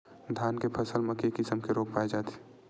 धान के फसल म के किसम के रोग पाय जाथे?